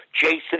Jason